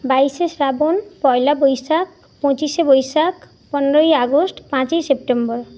বাইশে শ্রাবণ পয়লা বৈশাখ পঁচিশে বৈশাখ পনেরোই আগস্ট পাঁচই সেপ্টেম্বর